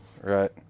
Right